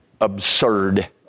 absurd